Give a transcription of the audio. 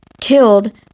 killed